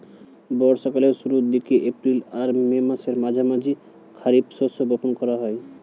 বর্ষা কালের শুরুর দিকে, এপ্রিল আর মের মাঝামাঝি খারিফ শস্য বপন করা হয়